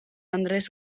andres